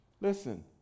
listen